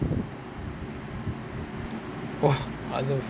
!wah! !aiyo!